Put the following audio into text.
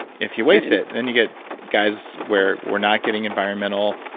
if you waste it, then you get guys where we're not getting environmental,